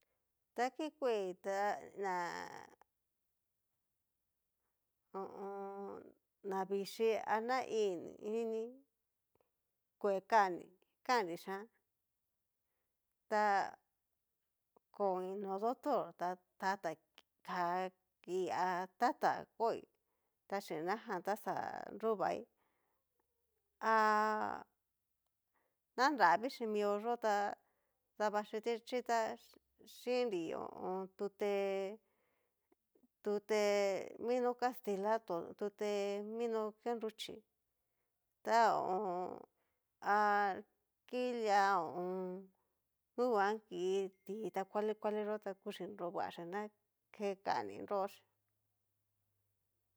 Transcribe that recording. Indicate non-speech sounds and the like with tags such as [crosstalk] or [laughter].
Ta kikueí ta ná ho o on. na vixhii a na ini, kue kani kandri xhian, ta koin no doctor ta tata ká kí a tata koí, taxin najan ta xa nruvai, ha [hesitation] nanravii xhi mio yó tá davaxhichí ta xhinri ho o on. tute tute mino kastila, tute mino ke nruchíi ta ho o on. a ki lia ho o on. nunguan ki ti ta kuali kuali yó ta kuchí nruvaxhi ná ke kaní nroxhí.